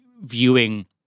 viewing